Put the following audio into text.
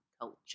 culture